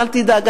אל תדאג.